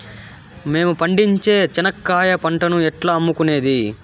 మేము పండించే చెనక్కాయ పంటను ఎట్లా అమ్ముకునేది?